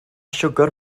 siwgr